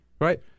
Right